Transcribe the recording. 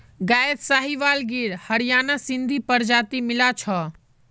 गायत साहीवाल गिर हरियाणा सिंधी प्रजाति मिला छ